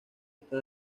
está